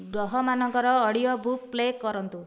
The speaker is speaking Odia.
ଗ୍ରହ ମାନଙ୍କର ଅଡ଼ିଓ ବୁକ୍ ପ୍ଲେ କରନ୍ତୁ